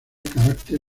carácter